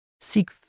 seek